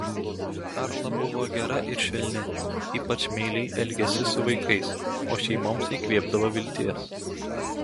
karla buvo gera ir švelni ypač meiliai elgėsi su vaikais o šeimoms įkvėpdavo vilties